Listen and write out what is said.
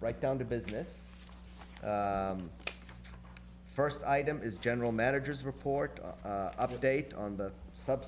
right down to business first item is general managers report up to date on the sub